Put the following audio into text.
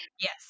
Yes